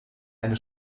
eine